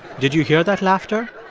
did you hear that laughter?